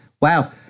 Wow